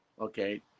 Okay